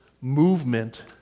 movement